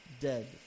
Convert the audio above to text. dead